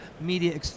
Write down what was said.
media